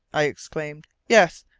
i exclaimed. yes,